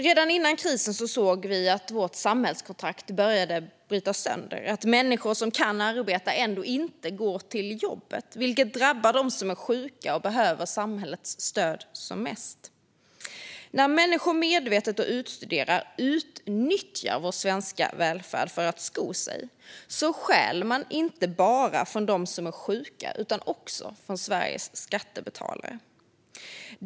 Redan före krisen såg vi att vårt samhällskontrakt började brytas sönder - att människor som kan arbeta ändå inte går till jobbet, vilket drabbar dem som är sjuka och behöver samhällets stöd som mest. När människor medvetet och utstuderat utnyttjar vår svenska välfärd för att sko sig stjäl de inte bara från dem som är sjuka utan också från Sveriges skattebetalare.